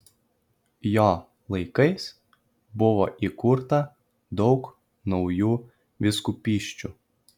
jo laikais buvo įkurta daug naujų vyskupysčių